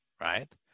right